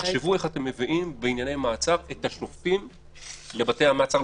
תחשבו איך אתם מביאים בענייני מעצר את השופטים לבתי המעצר.